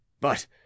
But